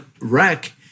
wreck